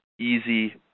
easy